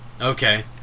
Okay